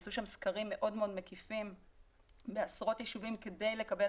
נעשו סקרים מאוד מקיפים בעשרות ישובים כדי לקבל